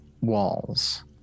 walls